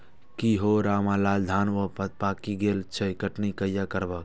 की हौ रामलाल, धान तं पाकि गेल छह, कटनी कहिया करबहक?